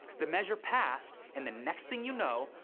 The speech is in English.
the measure passed and the next thing you know,